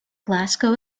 glasgow